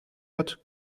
hat